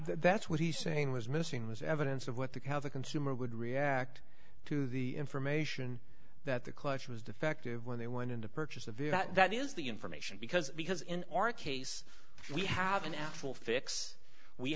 that's what he's saying was missing was evidence of what the cow the consumer would react to the information that the clutch was defective when they went in to purchase a view that that is the information because because in our case we have an actual fix we